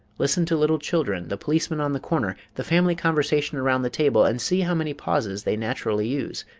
listen to little children, the policeman on the corner, the family conversation around the table, and see how many pauses they naturally use,